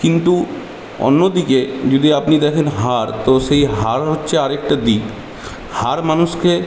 কিন্তু অন্যদিকে যদি আপনি দেখেন হার তো সেই হার হচ্ছে আর একটা দিক হার মানুষকে